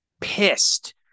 pissed